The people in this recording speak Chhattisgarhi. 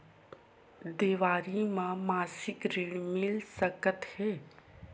देवारी म मासिक ऋण मिल सकत हे?